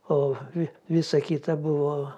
o visa kita buvo